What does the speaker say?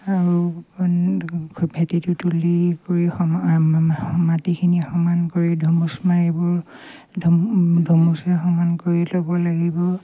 আৰু ভেটিটো তুলি কৰি সম মাটিখিনি সমান কৰি ধুমুচ মাৰিব ধুমুচে সমান কৰি ল'ব লাগিব